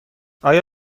آیا